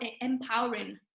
empowering